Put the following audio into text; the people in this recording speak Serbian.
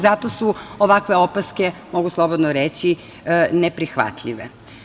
Zato su ovakve opaske, mogu slobodno reći, neprihvatljive.